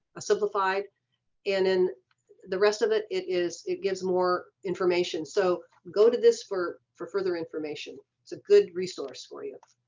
simplified and in the rest of it, it is, it gives more information. so go to this for for further information. it's a good resource for you. sarah